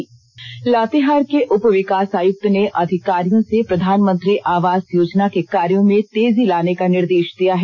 special story Latehar Latehar के उपविकास आयुक्त ने अधिकारियों से प्रधानमंत्री आवास योजना के कार्यो में तेजी लाने का निर्देष दिया है